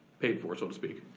paid for, so to speak.